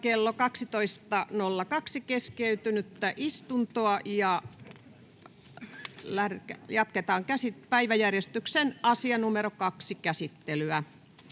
kello 12.02 keskeytynyttä täysistuntoa ja jatketaan päiväjärjestyksen 2. asiakohdan käsittelyä.